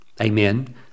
Amen